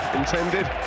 intended